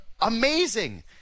amazing